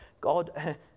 God